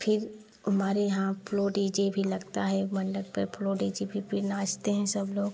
फ़िर हमारे यहाँ फ्लोर डी जे भी लगता है मंडप पर फ्लोर डी जे भी पर नाचते हैं सब लोग